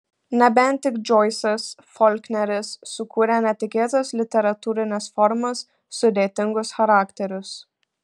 nebent tik džoisas folkneris sukūrę netikėtas literatūrines formas sudėtingus charakterius